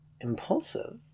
impulsive